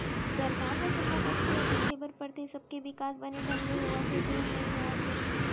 सरकार ल सब्बो कोती ल देखे बर परथे, सबके बिकास बने ढंग ले होवत हे धुन नई होवत हे